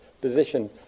position